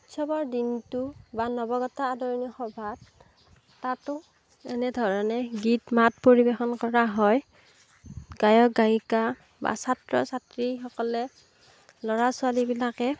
উৎসৱৰ দিনটো বা নৱাগত আদৰণি সভাত তাতো এনেধৰণে গীত মাত পৰিবেশন কৰা হয় গায়ক গায়িকা বা ছাত্ৰ ছাত্ৰীসকলে ল'ৰা ছোৱালীবিলাকে